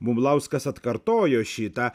bumblauskas atkartojo šitą